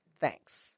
Thanks